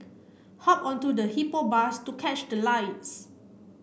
hop onto the Hippo Bus to cash the lights